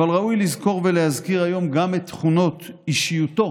אבל ראוי לזכור ולהזכיר היום גם את תכונות אישיותו